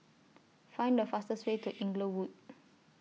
Find The fastest Way to Inglewood